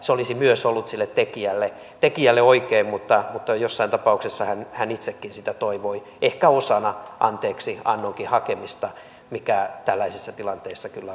se olisi myös ollut sille tekijälle oikein mutta jossain tapauksessa hän itsekin sitä toivoi ehkä osana anteeksiannonkin hakemista mikä tällaisessa tilanteessa kyllä on hyvin vaikeaa